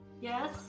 Yes